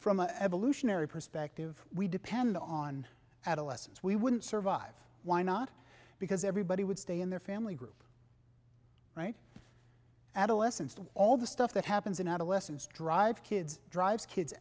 from a evolutionary perspective we depend on adolescents we wouldn't survive why not because everybody would stay in their family group right adolescence and all the stuff that happens in adolescence drive kids drives kids